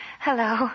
Hello